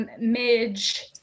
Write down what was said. Midge